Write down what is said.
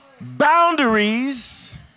Boundaries